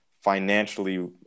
financially